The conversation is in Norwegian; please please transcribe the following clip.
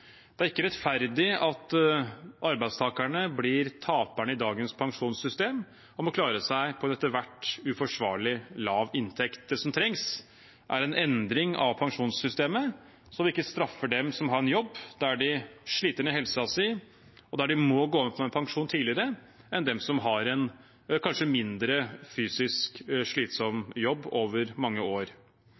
Det er ikke rettferdig at arbeidstakerne blir taperne i dagens pensjonssystem og må klare seg på en etter hvert uforsvarlig lav inntekt. Det som trengs, er en endring av pensjonssystemet, så vi ikke straffer dem som har en jobb der de sliter ned helsen sin og må gå av med pensjon tidligere enn de som har en kanskje mindre fysisk slitsom jobb over mange år.